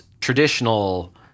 traditional